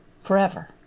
forever